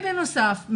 בנוסף,